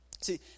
See